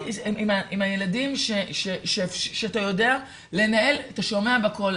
אתה שומע בקול.